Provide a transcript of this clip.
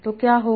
तो क्या होगा